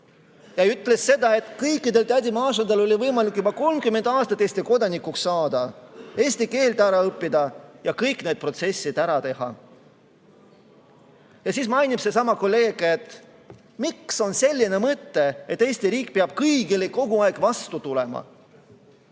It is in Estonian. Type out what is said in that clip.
ja ütles, et kõikidel tädi Mašadel on olnud võimalik juba 30 aastat Eesti kodanikuks saada, eesti keel ära õppida ja kõik need protsessid läbi teha. Siis mainis seesama kolleeg, et miks on selline mõte, et Eesti riik peab kõigile kogu aeg vastu tulema,